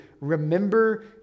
remember